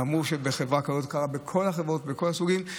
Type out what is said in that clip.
אמרו שבחברה כזאת, זה קרה בכל החברות, בכל הסוגים.